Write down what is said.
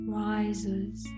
rises